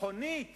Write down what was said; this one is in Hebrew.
ביטחונית